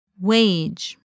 Wage